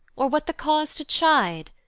or what the cause to chide?